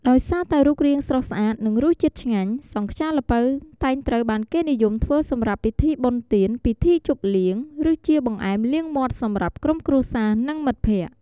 ដោយសារតែរូបរាងស្រស់ស្អាត និងរសជាតិឆ្ងាញ់ សង់ខ្យាល្ពៅតែងត្រូវបានគេនិយមធ្វើសម្រាប់ពិធីបុណ្យទាន ពិធីជប់លៀង ឬជាបង្អែមលាងមាត់សម្រាប់ក្រុមគ្រួសារ និងមិត្តភក្តិ។